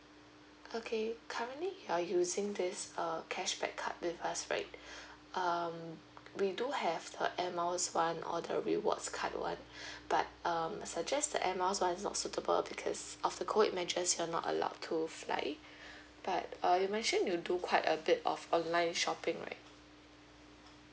okay currently you are using this uh cashback card with us right um we do have the airmiles one or the rewards card one but um suggest the Air Miles one is not suitable because of the COVID measures you're not allowed to fly but uh you mentioned you do quite a bit of online shopping right